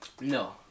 No